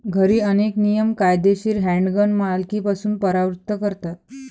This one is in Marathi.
घरी, अनेक नियम कायदेशीर हँडगन मालकीपासून परावृत्त करतात